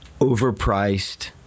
overpriced